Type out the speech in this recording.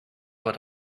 what